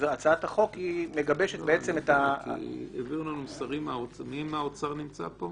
הצעת החוק מגבשת --- מי מהאוצר נמצא פה?